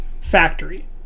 factory